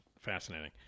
Fascinating